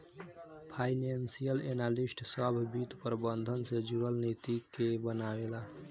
financial analyst सभ वित्त प्रबंधन से जुरल नीति के बनावे ला